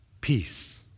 Peace